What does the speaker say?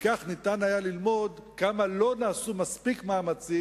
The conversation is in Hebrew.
מכך היה ניתן ללמוד כמה לא נעשו מספיק מאמצים